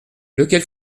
lequel